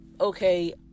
okay